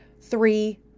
Three